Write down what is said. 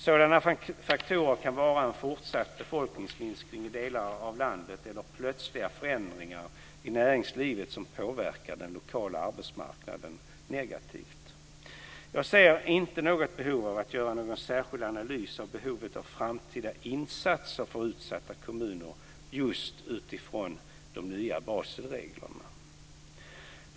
Sådana faktorer kan vara en fortsatt befolkningsminskning i delar av landet eller plötsliga förändringar i näringslivet som påverkar den lokala arbetsmarknaden negativt. Jag ser inte något behov av att göra någon särskild analys av behovet av framtida insatser för utsatta kommuner just utifrån de nya Baselreglerna.